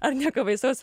ar nieko baisaus